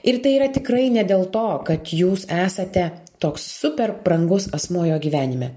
ir tai yra tikrai ne dėl to kad jūs esate toks super brangus asmuo jo gyvenime